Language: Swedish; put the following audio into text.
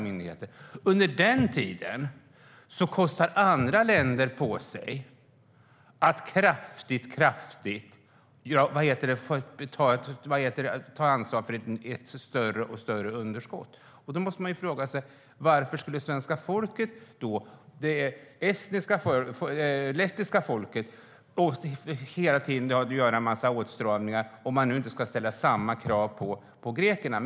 Under den tiden kostade andra länder på sig att ta ansvar för ett större och större underskott. Då måste man fråga sig: Varför skulle svenska folket, det estniska folket och det lettiska folket göra en massa åtstramningar om man nu inte ställer samma krav på grekerna?